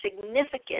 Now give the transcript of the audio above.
significant